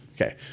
Okay